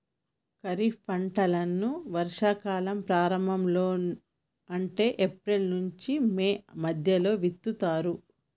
ఖరీఫ్ పంటలను వర్షా కాలం ప్రారంభం లో అంటే ఏప్రిల్ నుంచి మే మధ్యలో విత్తుతరు